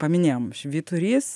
paminėjom švyturys